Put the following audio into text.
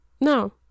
No